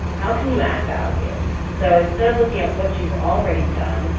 how can you add value? so instead of looking at what you've already done,